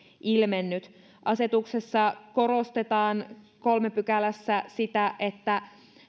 ilmennyt asetuksessa korostetaan kolmannessa pykälässä sitä että